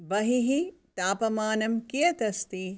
बहिः तापमानं कियत् अस्ति